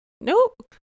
Nope